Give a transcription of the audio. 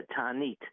Tanit